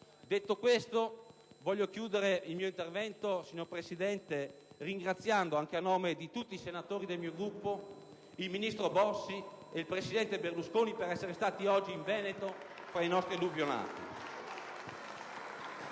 Detto questo, concludo il mio intervento, signor Presidente, ringraziando, anche a nome di tutti i senatori del mio Gruppo, il ministro Bossi e il presidente Berlusconi per essere stati oggi in Veneto tra i nostri alluvionati.